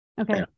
Okay